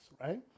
right